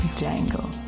jangle